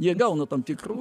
jie gauna tam tikrų